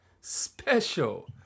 special